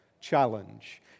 challenge